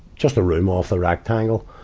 just a room off the rectangle.